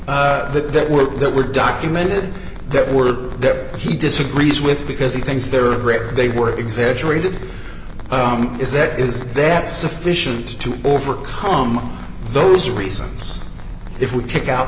the that were that were documented that were that he disagrees with because he thinks there are great they were exaggerated is that is that sufficient to overcome those reasons if we kick out